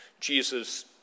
Jesus